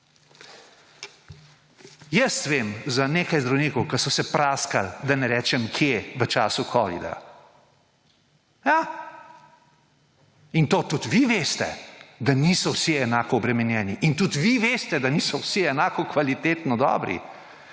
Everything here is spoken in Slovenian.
Jaz vem za nekaj zdravnikov, ki so se praskali, da ne rečem kje v času covida in to tudi vi veste, da niso vsi enako obremenjeni in tudi vi veste, da niso vsi enako kvalitetno dobro.